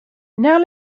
now